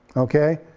okay,